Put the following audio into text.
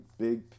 big